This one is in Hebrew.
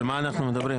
על מה אנחנו מדברים?